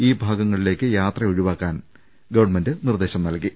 ഇൌ ഭാഗങ്ങളിലേക്ക് യാത്ര ഒഴിവാക്കാൻ നിർദേശം നൽകി